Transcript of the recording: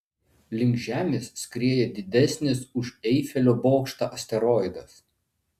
link žemės skrieja didesnis už eifelio bokštą asteroidas